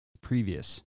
previous